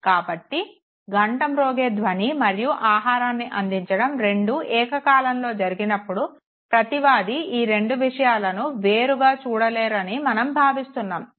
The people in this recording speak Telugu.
కాబట్టి గంట మ్రోగే ధ్వని మరియు ఆహారాన్ని అందించడం రెండు ఏకకాలంలో జరిగినప్పుడు ప్రతివాది ఈ రెండు విషయాలను వేరుగా చూడలేరని మనం భావిస్తున్నాము